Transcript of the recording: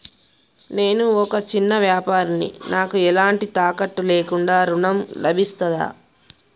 నేను ఒక చిన్న వ్యాపారిని నాకు ఎలాంటి తాకట్టు లేకుండా ఋణం లభిస్తదా?